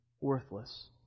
Worthless